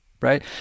right